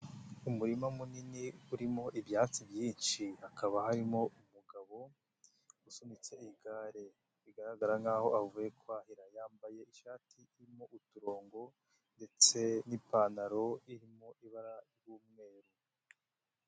Umurima munini urimo ibyatsi byinshi, hakaba harimo umugabo usunitse igare bigaragara nkaho avuye kwahira, yambaye ishati irimo uturongo ndetse n'ipantaro irimo ibara ry'umweru.